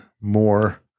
more